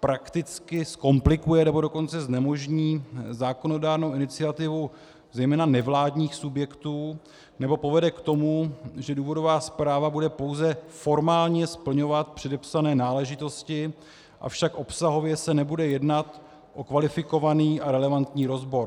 prakticky zkomplikuje, nebo dokonce znemožní zákonodárnou iniciativu zejména nevládních subjektů, nebo povede k tomu, že důvodová zpráva bude pouze formálně splňovat předepsané náležitosti, avšak obsahově se nebude jednat o kvalifikovaný a relevantní rozbor.